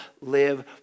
live